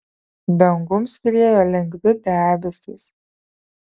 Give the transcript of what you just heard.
dangum skriejo lengvi debesys